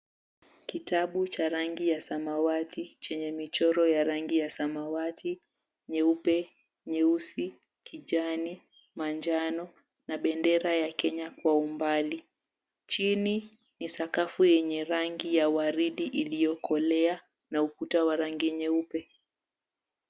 Kitabu cha rangi ya samawati, chenye michoro ya rangi ya samawati, nyeupe, nyeusi, kijani, manjano na bendera ya Kenya kwa umbali. Chini ni sakafu yenye rangi ya waridi iliyokolea na ukuta wa rangi nyeupe.